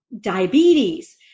diabetes